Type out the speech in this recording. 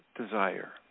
desire